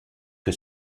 que